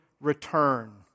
return